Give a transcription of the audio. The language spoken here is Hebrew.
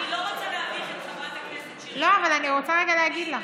אבל אני רוצה רגע להגיד לך,